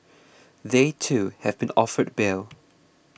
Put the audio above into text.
they too have been offered bail